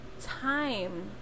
time